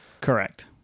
correct